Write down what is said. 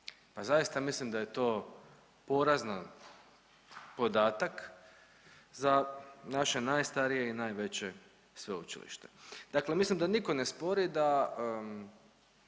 Pa zaista mislim da je to porazan podatak za naše najstarije i najveće sveučilište. Dakle, mislim da nitko ne spori da